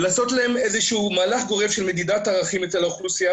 ולעשות להם איזה שהוא מהלך גורף של מדידת ערכים של האוכלוסייה,